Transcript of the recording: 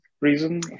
reason